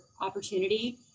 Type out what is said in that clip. opportunity